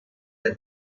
day